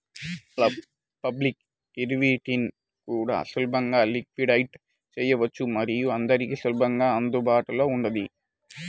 public ఈక్విటీని కూడా సులభంగా లిక్విడేట్ చేయవచ్చు మరియు అందరికీ సులభంగా అందుబాటులో ఉంటుంది